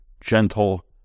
gentle